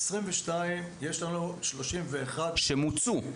ב-2022 יש לנו 31 --- שמוצו.